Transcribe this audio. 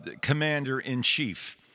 commander-in-chief